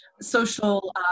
social